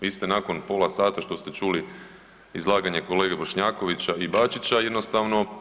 Vi ste nakon pola sata što ste čuli izlaganje kolege Bošnjakovića i Bačića jednostavno pobjegli.